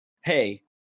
Hey